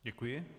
Děkuji.